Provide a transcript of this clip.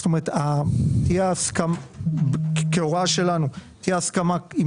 - זה שכהוראה שלנו תהיה הסכמה,